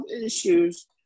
issues